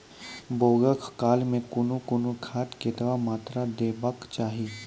बौगक काल मे कून कून खाद केतबा मात्राम देबाक चाही?